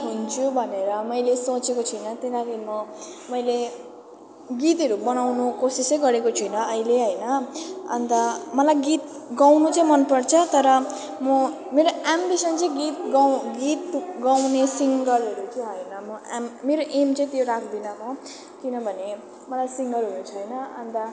हुन्छु भनेर मैले सोचेको छुइनँ किनभने मैले गीतहरू बनाउनु कोसिसै गरेको छुइनँ अहिले होइन अन्त मलाई गीत गाउनु चाहिँ मनपर्छ तर म मेरो एम्बिसन चाहिँ गीत गाउँ गीत गाउने सिङ्गरहरू चाहिँ होइन म एम मेरो एम चाहिँ त्यो राख्दिनँ म किनभने मलाई सिङ्गर हुनु छैन अन्त